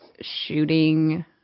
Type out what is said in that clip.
shooting